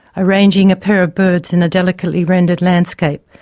arranging a pair of birds in a delicately rendered landscape,